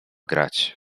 grać